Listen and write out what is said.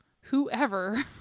Whoever